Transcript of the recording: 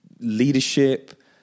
leadership